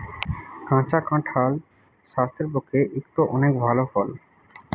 কাঁচা কাঁঠাল স্বাস্থ্যের পক্ষে একটো অনেক ভাল ফল